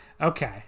okay